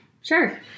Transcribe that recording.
Sure